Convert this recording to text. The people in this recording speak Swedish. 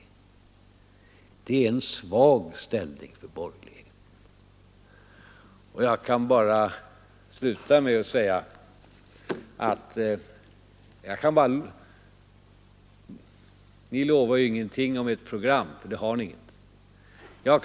Det är en svag ställning för borgerligheten. Jag vill sluta med att säga följande. Ni lovar ingenting om ert program, för ni har inget sådant.